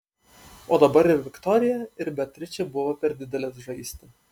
o dabar ir viktorija ir beatričė buvo per didelės žaisti